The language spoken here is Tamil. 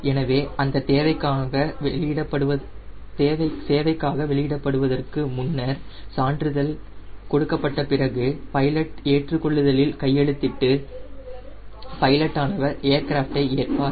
எனவே அந்த தேவைக்கான வெளியிடப்படுவதற்கு முன்னர் சான்றிதழ் கொடுக்கப்பட்ட பிறகு பைலட் ஏற்றுக்கொள்ளுதலில் கையெழுத்திட்டு பைலட் ஆனவர் ஏர்கிராஃப்ட்டை ஏற்பார்